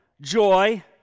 joy